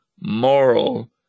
moral